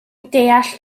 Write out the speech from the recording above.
deall